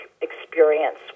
experience